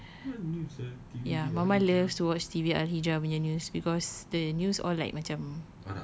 and then ya mama loves to watch T_V al-hijrah punya news because the news all like macam